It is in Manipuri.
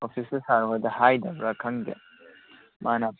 ꯑꯣꯐꯤꯁꯇ ꯁꯥꯔ ꯍꯣꯏꯗ ꯍꯥꯏꯗꯕ꯭ꯔꯥ ꯈꯪꯗꯦ ꯃꯥꯅ